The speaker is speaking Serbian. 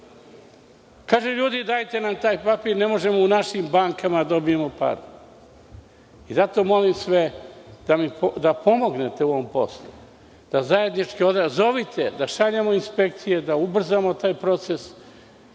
Kažu – ljudi, dajte nam taj papir, ne možemo u našim bankama da dobijemo pare. Zato molim sve da pomognete u ovom poslu. Odazovite se, da šaljemo inspekcije, da ubrzamo taj proces.